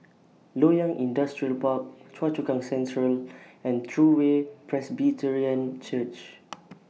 Loyang Industrial Park Choa Chu Kang Central and True Way Presbyterian Church